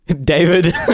David